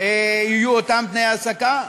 יהיו אותם תנאי העסקה?